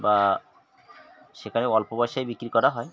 বা সেখানে অল্প পয়সায় বিক্রি করা হয়